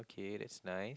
okay that's nice